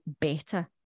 better